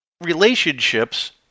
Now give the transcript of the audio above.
relationships